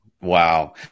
Wow